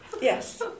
Yes